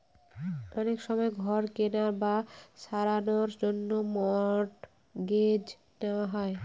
অনেক সময় ঘর কেনার বা সারানোর জন্য মর্টগেজ নেওয়া হয়